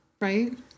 right